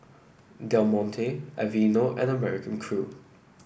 Del Monte Aveeno and American Crew